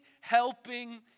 helping